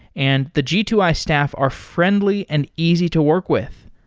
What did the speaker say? and the g two i staff are friendly and easy to work with.